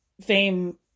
fame